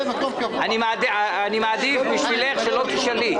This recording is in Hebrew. אני מעדיף בשבילך שלא תשאלי.